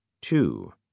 two